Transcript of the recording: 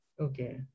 okay